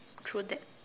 true that